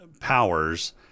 powers